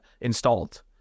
installed